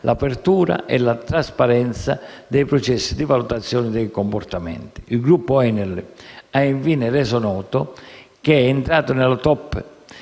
l'apertura e la trasparenza dei processi di valutazione dei comportamenti. Il gruppo ENEL ha infine reso noto di essere entrato nella Top